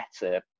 better